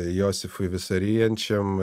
josifui visą ryjančiam